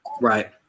Right